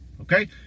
Okay